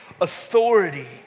authority